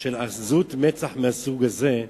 של עזות מצח מהסוג הזה,